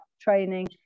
training